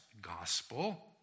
gospel